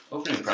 Opening